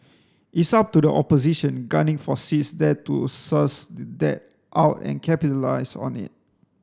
it's up to the opposition gunning for seats there to suss that out and capitalise on it